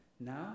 Now